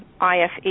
IFE